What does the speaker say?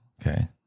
okay